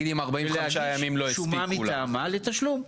ולהגיש שומה מטעמה לתשלום.